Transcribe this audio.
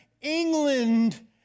England